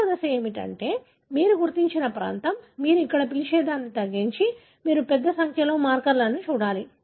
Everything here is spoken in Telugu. రెండవ దశ ఏమిటంటే మీరు గుర్తించిన ప్రాంతం మీరు ఇక్కడ పిలిచే దాన్ని తగ్గించి మీరు పెద్ద సంఖ్యలో మార్కర్లను చూడాలి